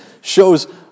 shows